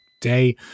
day